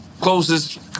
closest